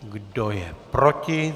Kdo je proti?